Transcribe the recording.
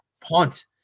punt